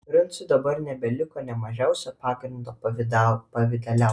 princui dabar nebeliko nė mažiausio pagrindo pavyduliauti